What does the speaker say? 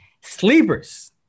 Sleepers